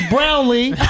Brownlee